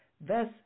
thus